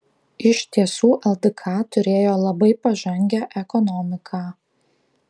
iš tiesų ldk turėjo labai pažangią ekonomiką